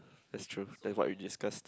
that's true that's what we discussed